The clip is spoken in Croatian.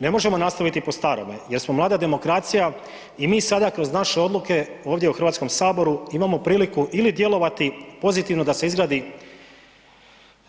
Ne možemo nastaviti po starome jer smo mlada demokracija i mi sada kroz naše odluke ovdje u HS-u imamo priliku ili djelovati pozitivno da se izgradi